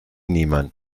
niemand